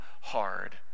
hard